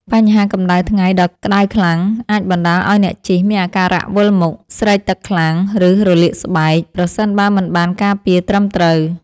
បញ្ហាកម្ដៅថ្ងៃដ៏ក្ដៅខ្លាំងអាចបណ្ដាលឱ្យអ្នកជិះមានអាការៈវិលមុខ ស្រេកទឹកខ្លាំង ឬរលាកស្បែក ប្រសិនបើមិនបានការពារត្រឹមត្រូវ។